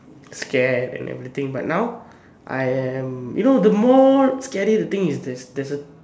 scared and everything but now I am you know the more scary the thing is there's there's a